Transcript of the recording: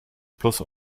plus